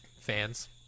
fans